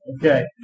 Okay